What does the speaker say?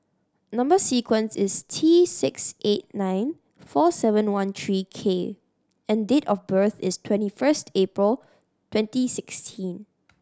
number sequence is T six eight nine four seven one three K and date of birth is twenty first April twenty sixteen